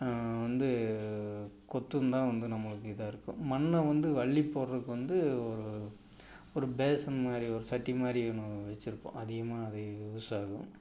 வந்து கொத்தும் தான் வந்து நம்மளுக்கு இதாருக்கும் மண்ணை வந்து அள்ளி போடுறதுக்கு வந்து ஒரு ஒரு பேசின் மாதிரி ஒரு சட்டி மாதிரி ஒன்று வச்சிருப்போம் அதிகமாக அது யூஸ் ஆகும்